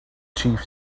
chief